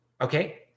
Okay